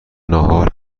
ناهار